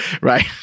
Right